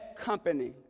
company